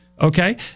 okay